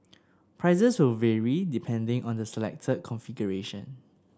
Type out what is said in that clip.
prices will vary depending on the selected configuration